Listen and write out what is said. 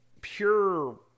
pure